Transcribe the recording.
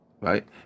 Right